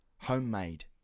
homemade